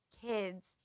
kids